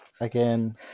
again